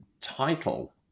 title